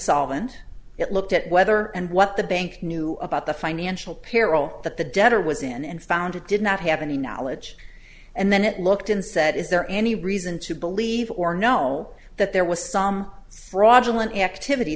solvent it looked at whether and what the banks knew about the financial peril that the debtor was in and found it did not have any knowledge and then it looked and said is there any reason to believe or know that there was some fraudulent activity